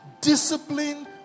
discipline